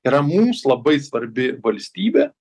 yra mums labai svarbi valstybė